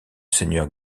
seigneur